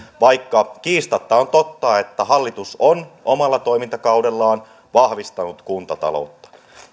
vaikka kiistatta on totta että hallitus on omalla toimintakaudellaan vahvistanut kuntataloutta